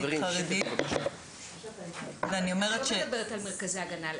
הדתית-חרדית --- את לא מדברת על מרכזי הגנה?